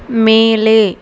மேலே